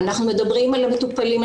אנחנו מדברים על המטופלים,